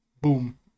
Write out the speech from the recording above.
boom